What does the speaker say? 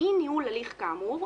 ואי-ניהול הליך כאמור,